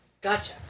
Gotcha